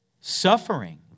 Suffering